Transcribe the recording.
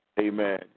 amen